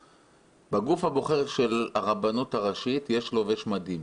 בגוף הבוחר של הרבנות הראשית יש לובש מדים,